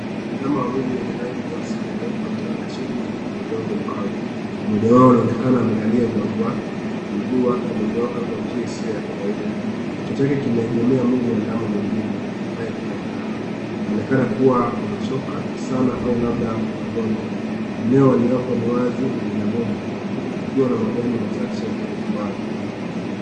Ndama wawili wenye rangi nyeusi na nyeupe wamelala chini kwenye udongo mkavu. Mmoja wao anaonekana amelalia ubavu wake na mguu wake umenyooka kwa njia isio ya kawaida. Kichwa chake kimeegemea mwili wa ndama mwingine ambaye pia amelala. Wanaonekana kuwa wamechoka sana au labda ni wagonjwa. Eneo waliopo ni wazi na lina vumbi huku kukiwa na majani machache kwa umbali.